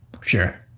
Sure